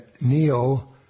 Neil